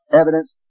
evidence